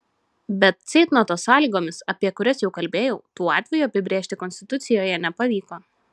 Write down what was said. bet ceitnoto sąlygomis apie kurias jau kalbėjau tų atvejų apibrėžti konstitucijoje nepavyko